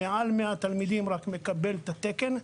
עם מעל ל-100 תלמידים מקבל את התקן.